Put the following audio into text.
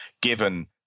given